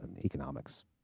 economics